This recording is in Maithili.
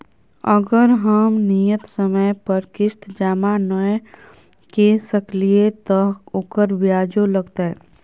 अगर हम नियत समय पर किस्त जमा नय के सकलिए त ओकर ब्याजो लगतै?